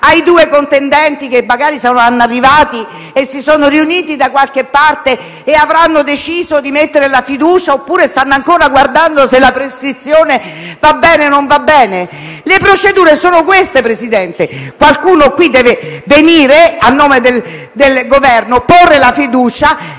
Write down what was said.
ai due contendenti, che magari si saranno riuniti da qualche parte e avranno deciso di porre la questione di fiducia oppure stanno ancora guardando se la prescrizione va bene o non va bene? Le procedure sono queste, signor Presidente. Qualcuno deve venire qui a nome del Governo, porre la fiducia,